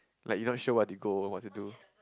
like you not sure what to go or what to do